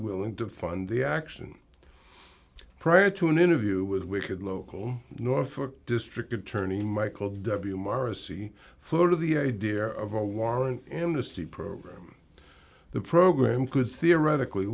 willing to fund the action prior to an interview with wicked local norfolk district attorney michael w marashi floated the idea of a warrant amnesty program the program could theoretically